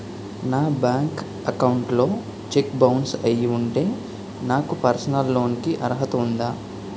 నా bank account లో cheque bounce అయ్యి ఉంటే నాకు పర్సనల్ లోన్ కీ అర్హత ఉందా?